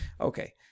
Okay